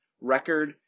record